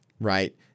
Right